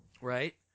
right